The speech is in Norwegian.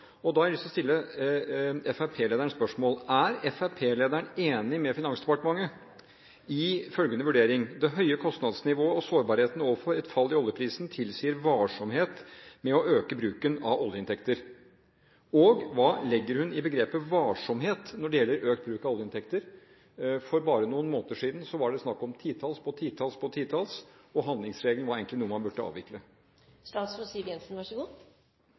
bra. Da har jeg lyst å stille Fremskrittsparti-lederen spørsmålet: Er Fremskrittsparti-lederen enig med Finansdepartementet i vurderingen om at det høye kostnadsnivået og sårbarheten overfor et fall i oljeprisen tilsier varsomhet med å øke bruken av oljeinntekter, og hva legger hun i begrepet «varsomhet» når det gjelder økt bruk av oljeinntekter? For bare noen måneder siden var det snakk om titalls på titalls på titalls, og handlingsregelen var egentlig noe man burde